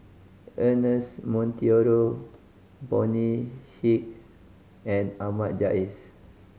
Ernest Monteiro Bonny Hicks and Ahmad Jais